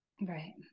Right